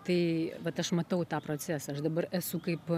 tai vat aš matau tą procesą aš dabar esu kaip